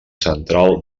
central